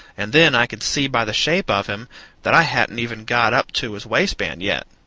and then i could see by the shape of him that i hadn't even got up to his waistband yet.